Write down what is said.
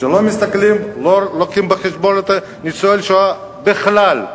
שלא מביאים בחשבון את ניצול השואה בכלל,